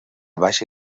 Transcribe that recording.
baixa